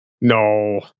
No